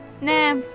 Nah